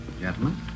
Gentlemen